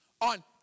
on